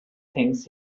things